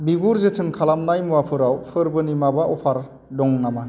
बिगुर जोथोन खालामनाय मुवाफोराव फोरबोनि माबा अफार दङ नामा